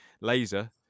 laser